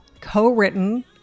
co-written